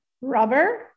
Rubber